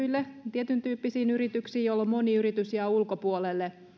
tietyntyyppisiin yrityksiin jolloin moni yritys jää ulkopuolelle